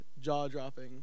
jaw-dropping